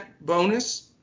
bonus